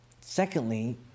Secondly